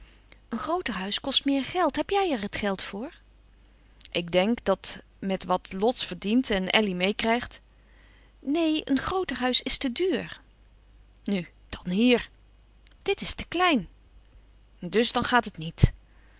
een grooter huis kost meer geld heb jij er het geld voor ik denk dat met wat lot verdient en elly meêkrijgt neen een grooter huis is te duur nu dan hier dit is te klein dus dan gaat het niet